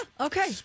okay